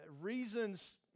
reasons